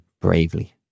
bravely